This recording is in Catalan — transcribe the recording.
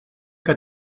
que